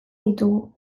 ditugu